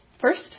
First